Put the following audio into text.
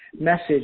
message